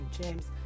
James